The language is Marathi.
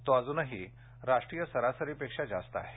तो अजूनही राष्ट्रीय सरासरीपेक्षा जास्त आहे